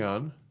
m